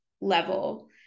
level